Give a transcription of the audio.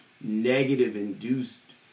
negative-induced